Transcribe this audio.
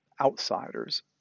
outsiders